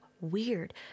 weird